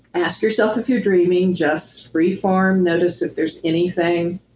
ask yourself if you're dreaming, just freeform, notice if there's anything